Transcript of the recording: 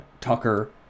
Tucker